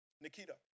Nikita